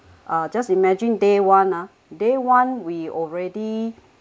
uh just imagine day one ah day one we already